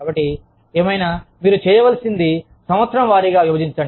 కాబట్టి ఏమైనా మీరు చేయవలసినది సంవత్సరం వారీగా విభజించండి